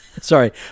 Sorry